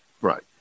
right